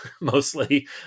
Mostly